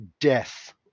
death